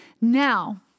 Now